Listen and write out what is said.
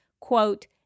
quote